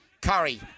Curry